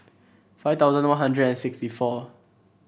five thousand One Hundred and sixty four